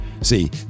See